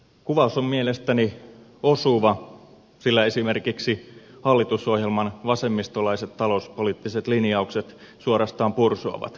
kuvaus on mielestäni osuva sillä esimerkiksi hallitusohjelman vasemmistolaiset talouspoliittiset linjaukset suorastaan pursuavat kansien välistä